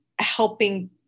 helping